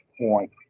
point